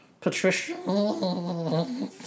Patricia